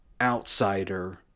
outsider